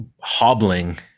hobbling